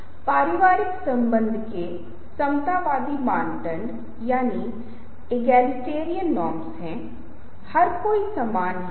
इसलिए दो तरफा संदेश एकतरफा संदेशों से अधिक दृष्टिकोण को प्रभावित करते हैं जब संचार का उल्लेख होता है लेकिन एक प्रतिद्वंद्वी के दृष्टिकोण को ध्वस्त नहीं करता है वास्तव में एक दो तरफा संदेश कम सम्मोहक है